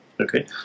okay